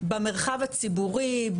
במרחב הציבורי,